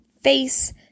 face